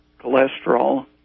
cholesterol